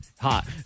hot